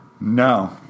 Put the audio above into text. No